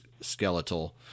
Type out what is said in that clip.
skeletal